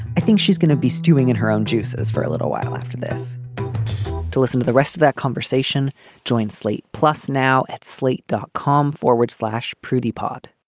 i think she's gonna be stewing in her own juices for a little while after this to listen to the rest of that conversation joint slate plus now at slate dot com forward slash prudy pod